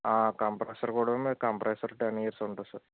compressor కూడా మీకు compressor ten years ఉంటుంది సార్